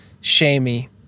shamey